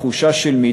תחושה של מי?